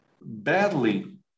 badly